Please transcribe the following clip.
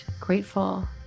grateful